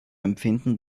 empfinden